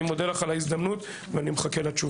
אני מודה לך על ההזדמנות ואני מחכה לתשובות.